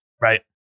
Right